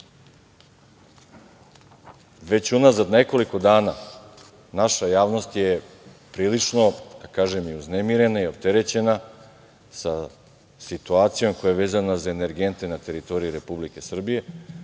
Već unazad nekoliko dana naša javnost je prilično, da kažem, i uznemirena i opterećena sa situacijom koja je vezana za energente na teritoriji Republike Srbije.